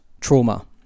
trauma